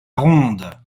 ronde